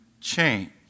change